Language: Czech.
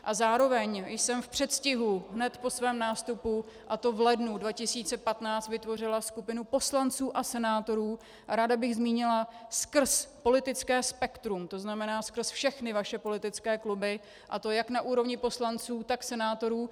A zároveň jsem v předstihu hned po svém nástupu, a to v lednu 2015, vytvořila skupinu poslanců a senátorů a ráda bych zmínila skrz politické spektrum, to znamená skrz všechny vaše politické kluby, a to jak na úrovni poslanců, tak senátorů.